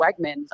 Wegmans